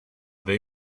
they